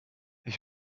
ich